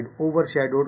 overshadowed